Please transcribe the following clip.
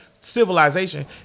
civilization